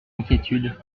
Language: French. inquiétude